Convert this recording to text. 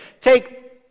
take